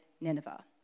Nineveh